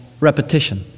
repetition